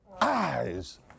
eyes